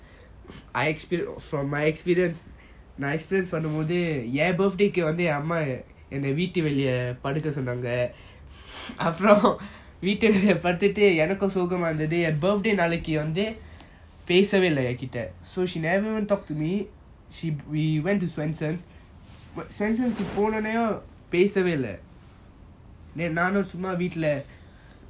I experience from my experience நான்:naan experience பண்ணும்போது ஏன்:panumbothu yean birthday கு வந்து ஏன் அம்மா என்ன வீடு வெளிய படுக்க சொன்னாங்க அப்புறம் வீடு வெளிய படுத்துட்டு என்னக்கு சோகமா இருந்துது அப்புறம்:ku vanthu yean amma enna veetu veliya paduka sonanga apram veetu veliya paduthutu ennaku sogama irunthuthu apram birthday நாளைக்கி வந்துட்டு பேசவேய் இல்ல எங்கிட்ட:naalaiki vanthutu peasavey illa yeankita so she never even talk to me she we went to swensens swensens போனோனேயும் பேசவேய் இல்ல நானும் சும்மா வீட்டுல:pononeyum peasavey illa naanum summa veetula